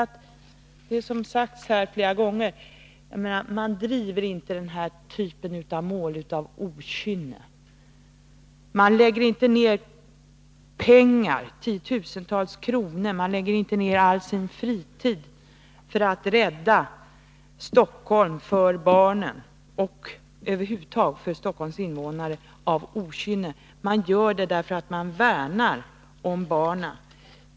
Som det sagts flera gånger: man driver inte den här typen av mål av okynne. Man lägger inte ner pengar, tiotusentals kronor, och all sin fritid på att rädda Stockholm åt barnen och åt Stockholms innvånare av okynne. Man gör det därför att man värnar om barnen.